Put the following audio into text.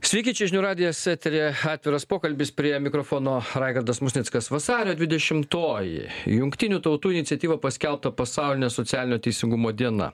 sveiki čia žinių radijas eteryje atviras pokalbis prie mikrofono raigardas musnickas vasario dvidešimtoji jungtinių tautų iniciatyva paskelbta pasauline socialinio teisingumo diena